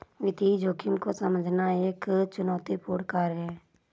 वित्तीय जोखिम को समझना एक चुनौतीपूर्ण कार्य है